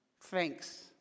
thanks